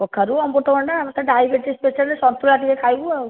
କଖାରୁ ଅମୃତଭଣ୍ଡା ଆମର ତ ଡାଇବେଟିସ୍ ପେସେଣ୍ଟ୍ ସଂତୁଳା ଟିକେ ଖାଇବୁ ଆଉ